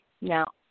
Now